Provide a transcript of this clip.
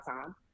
time